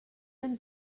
and